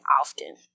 often